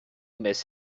miss